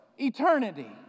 Eternity